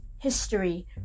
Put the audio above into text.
History